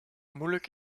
moeilijk